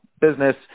business